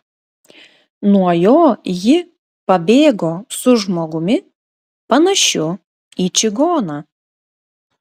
nuo jo ji pabėgo su žmogumi panašiu į čigoną